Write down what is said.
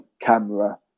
camera